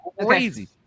crazy